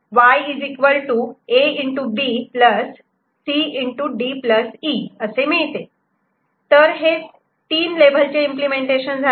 आणि शेवटी असे मिळते तर हे 3 लेव्हल चे इम्पलेमेंटेशन झाले